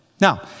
Now